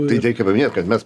tai reikia paminėt kad mes